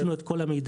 ישנו את כל המידע.